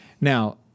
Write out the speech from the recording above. Now